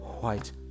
white